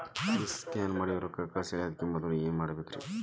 ಈ ಸ್ಕ್ಯಾನ್ ಮಾಡಿ ರೊಕ್ಕ ಕಳಸ್ತಾರಲ್ರಿ ಅದಕ್ಕೆ ಮೊದಲ ಏನ್ ಮಾಡ್ಬೇಕ್ರಿ?